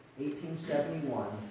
1871